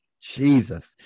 Jesus